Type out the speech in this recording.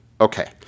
Okay